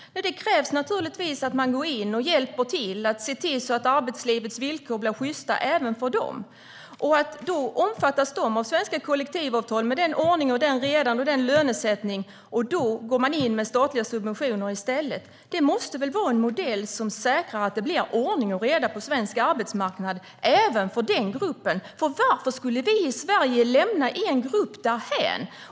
Det krävs naturligtvis att man går in och hjälper till för att se till att arbetslivets villkor blir sjysta även för de nyanlända. Nyanlända omfattas av svenska kollektivavtal med den ordning, reda och lönesättning som de innebär. Då vill man i stället gå in med statliga subventioner. Det måste väl vara en modell som säkrar att det blir ordning och reda på svensk arbetsmarknad även för den gruppen. Varför skulle vi i Sverige lämna en grupp därhän?